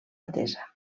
atesa